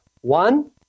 one